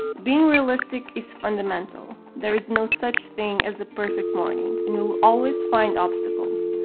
being realistic is fundamental. there is no such thing as a perfect morning and you will always find obstacles.